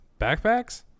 Backpacks